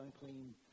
unclean